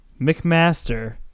McMaster